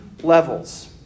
levels